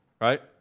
right